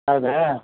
ಹೌದಾ